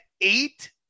eight